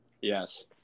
Yes